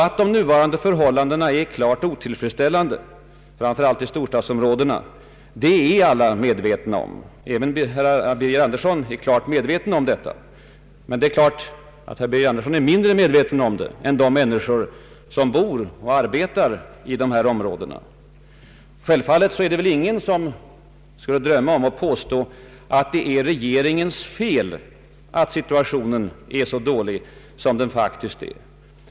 Att de nuvarande förhållandena är klart otillfredsställande, framför allt i storstadsområdena, är alla medvetna om. Även herr Birger Andersson borde vara klart medveten om detta, men herr Birger Andersson är kanske mindre medveten om det än de människor som bor och arbetar i dessa områden. Självfallet skulle väl ingen drömma om att påstå att det är regeringens fel att situationen är så dålig som den faktiskt är.